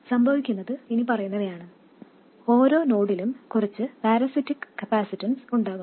സംഭവിക്കുന്നത് ഇനിപ്പറയുന്നവയാണ് ഓരോ നോഡിലും കുറച്ച് പാരസിറ്റിക് കപ്പാസിറ്റൻസ് ഉണ്ടാകും